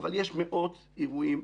דיברנו בטלפון, דיברנו על שמעון הצדיק,